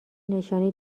نشانی